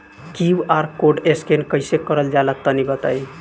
QR code scan कैसे क़रल जला तनि बताई?